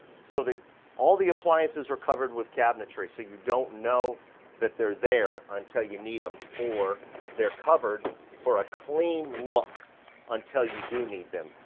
so that all the appliances are covered with cabinetry. so you don't know that they're there until you need them, or they're covered for a clean look until you do need them.